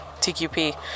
TQP